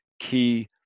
key